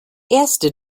erste